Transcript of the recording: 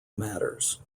matters